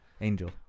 Angel